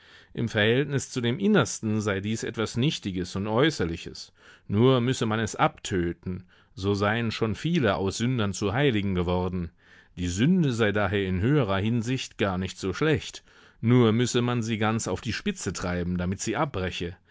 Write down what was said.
im verhältnis zu dem innersten sei dies etwas nichtiges und äußerliches nur müsse man es abtöten so seien schon viele aus sündern zu heiligen geworden die sünde sei daher in höherer hinsicht gar nicht so schlecht nur müsse man sie ganz auf die spitze treiben damit sie abbreche